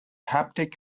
haptic